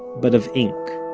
but of ink.